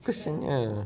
kesiannya